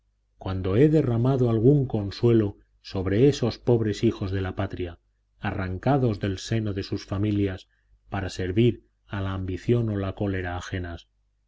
cuando he derramado algún consuelo sobre esos pobres hijos de la patria arrancados del seno de sus familias para servir a la ambición o a la